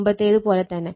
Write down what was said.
മുമ്പത്തേതു പോലെ തന്നെ